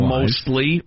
mostly